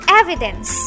evidence